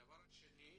דבר שני,